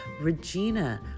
regina